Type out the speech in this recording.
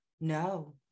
No